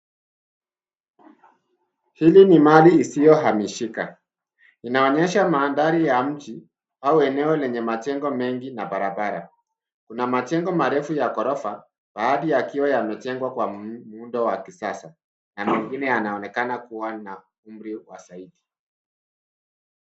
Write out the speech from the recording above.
Hili ni mali isiohamishika. Inaaonyesha mandhari ya mji au eneo lenye majengo mengi na barabara. Kuna majengo marefu ya gorofa baadhi yakiwa yamejengwa kwa muundo wa kisasa na mengine yanaonekana kuwa na umri wa zaidi.